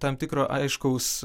tam tikro aiškaus